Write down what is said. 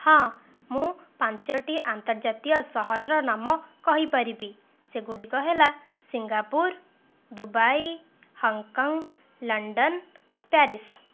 ହଁ ମୁଁ ପାଞ୍ଚଟି ଅନ୍ତର୍ଜାତୀୟ ସହରର ନାମ କହି ପାରିବି ସେଗୁଡ଼ିକ ହେଲା Singapore Dubai Hong Kong London Paris